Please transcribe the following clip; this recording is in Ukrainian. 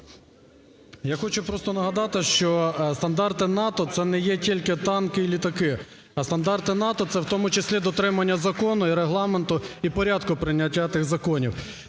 Я хочу просто нагадати, що стандарти НАТО це не є тільки танки і літаки, а стандарти НАТО – це в тому числі дотримання закону і Регламенту, і порядку прийняття тих законів.